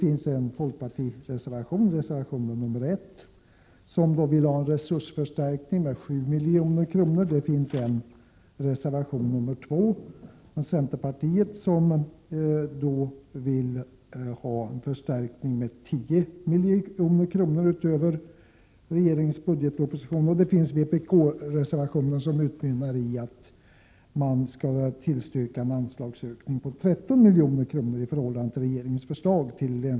I en folkpartireservation, reservation nr 1, yrkas en resursförstärkning om 7 milj.kr. I reservation nr 2 från centerpartiet yrkas på en förstärkning med 10 milj.kr. utöver budgetpropositionens förslag.